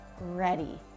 ready